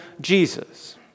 Jesus